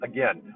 Again